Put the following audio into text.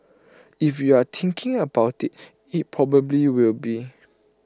if you're thinking about IT it probably will be